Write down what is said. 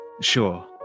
Sure